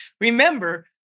remember